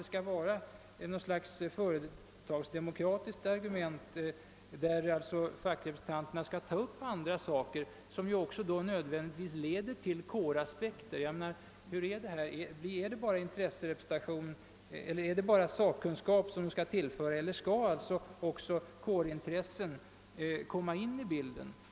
Är det fråga om företagsdemokrati, kommer kåraspekterna nödvändigtvis att betonas. Jag vill alltså fråga, om syftet bara är att tillföra skolstyrelsen sakkunskap eller om det är att föra in kårintressen i bilden.